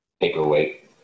paperweight